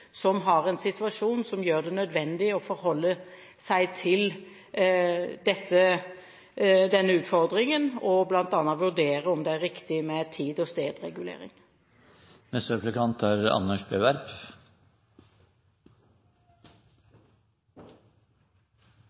som har en situasjon som gjør det nødvendig å forholde seg til denne utfordringen og bl.a. vurdere om det er riktig med